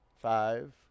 Five